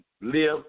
live